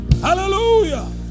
Hallelujah